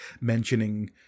mentioning